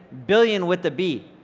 billion with the b.